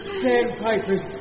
sandpipers